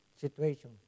situation